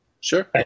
Sure